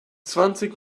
zwanzig